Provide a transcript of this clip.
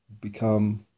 become